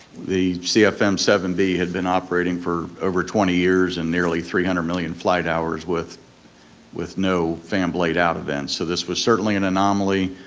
the c f m seven b had been operating for over twenty years and nearly three hundred million flight hours with with no fan blade out event, so this was certainly an anomaly,